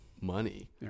money